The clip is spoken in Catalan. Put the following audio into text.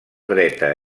dreta